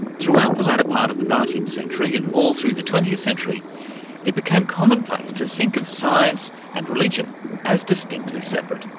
throughout the latter part of the nineteenth century and all through the twentieth century it became commonplace to think of science and religion as distinctly separate,